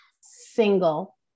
single